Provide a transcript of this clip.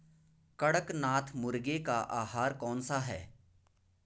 कड़कनाथ मुर्गे का आहार कौन सा है?